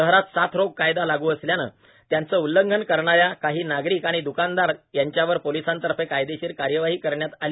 शहरात साथरोग कायदा लागू असल्याने त्याचे उल्लंघन करणा या काही नागरिक आणि द्कानदार यांच्यावर पोलिसातर्फे कायदेशीर कार्यवाही करण्यात आली